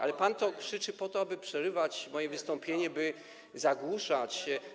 Ale pan to krzyczy po to, aby przerywać moje wystąpienie, by zagłuszać słowa.